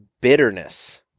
bitterness